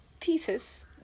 thesis